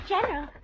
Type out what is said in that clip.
General